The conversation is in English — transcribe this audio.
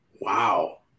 Wow